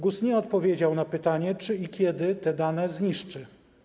GUS nie opowiedział na pytanie, czy i kiedy te dane zniszczy.